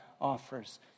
offers